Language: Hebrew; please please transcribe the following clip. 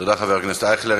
תודה, חבר הכנסת אייכלר.